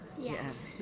Yes